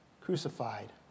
crucified